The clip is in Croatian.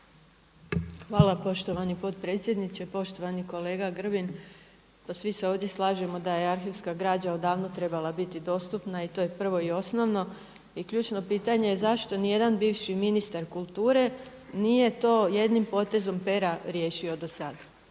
Hvala poštovani potpredsjedniče. Poštovani kolega Grbin, pa svi se ovdje slažemo da je arhivska građa odavno trebala biti dostupna i to je prvo i osnovno. I ključno pitanje je, zašto ni jedan bivši ministar kulture nije to jednim potezom pera riješio do sad?